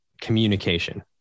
communication